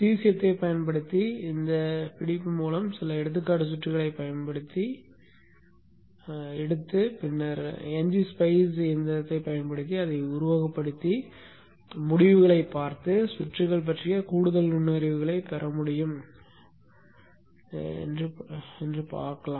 சீசியத்தைப் பயன்படுத்தி இந்தப் பிடிப்பு மூலம் சில எடுத்துக்காட்டு சுற்றுகளை எடுத்து பின்னர் ngSpice இயந்திரத்தைப் பயன்படுத்தி அதை உருவகப்படுத்தி முடிவுகளைப் பார்த்து சுற்றுகள் பற்றிய கூடுதல் நுண்ணறிவுகளைப் பெற முடியுமா என்று பார்ப்போம்